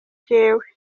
jewe